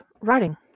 writing